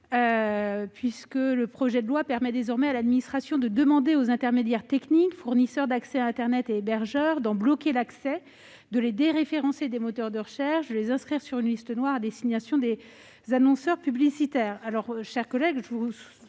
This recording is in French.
miroirs. Le projet de loi permet désormais à l'administration de demander aux intermédiaires techniques, fournisseurs d'accès à internet et hébergeurs de bloquer l'accès à ces sites, de les déréférencer des moteurs de recherche et de les inscrire sur une liste noire à destination des annonceurs publicitaires. Lorsque la justice